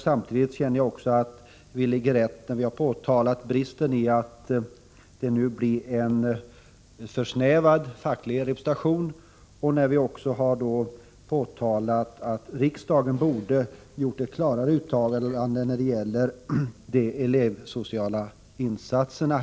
Samtidigt känner jag också att vi ligger rätt när vi har påtalat bristen i att det nu blir en alltför snäv facklig representation, liksom när vi har påtalat att riksdagen borde ha gjort ett klart uttalande i fråga om de elevsociala insatserna.